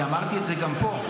ואמרתי את זה גם פה,